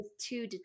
two